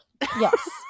Yes